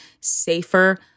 safer